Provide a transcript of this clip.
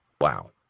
Wow